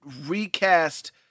recast